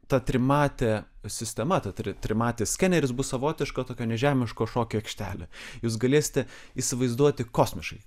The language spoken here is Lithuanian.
ta trimatė sistema ta trimatis skeneris bus savotiška tokio nežemiško šokių aikštelė jūs galėsite įsivaizduoti kosmiškai